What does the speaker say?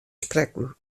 sprekken